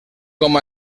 com